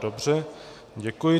Dobře, děkuji.